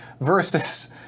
Versus